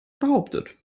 behauptet